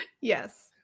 Yes